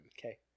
Okay